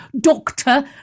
Doctor